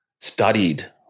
studied